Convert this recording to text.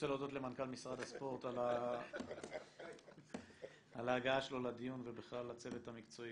משרד הספורט על ההגעה שלו לדיון ובכלל לצוות המקצועי,